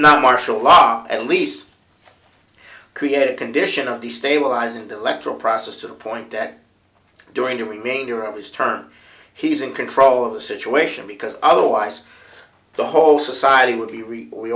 not martial law at least create a condition of destabilizing the electoral process to the point that during the remainder of his term he's in control of the situation because otherwise the whole society would be